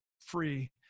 free